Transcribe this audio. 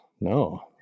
No